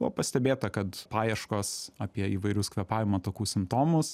buvo pastebėta kad paieškos apie įvairius kvėpavimo takų simptomus